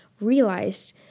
realized